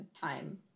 time